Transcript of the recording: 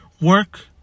work